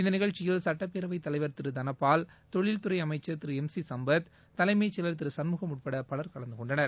இந்த நிடிழ்ச்சியில் சுட்டப்பேரவைத் தளைவர் திரு தனபால் தொழில்துறை அளம்சர் திரு எம் சி சும்பத் தலைமைச்செயலர் திரு சண்முகம் உட்பட பலர் கலந்துகொண்டனர்